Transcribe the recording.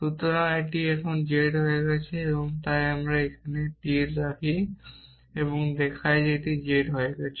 সুতরাং এটি এখন z হয়ে গেছে তাই আমি এখানে একটি তীর রাখি এবং দেখাই যে এটি z হয়ে গেছে